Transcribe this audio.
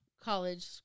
college